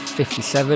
57